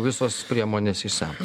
visos priemonės išsemtos